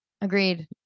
Agreed